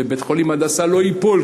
ובית-חולים "הדסה" לא ייפול,